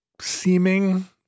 seeming